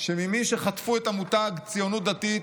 שממי שחטפו את המותג "ציונות דתית"